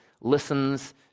listens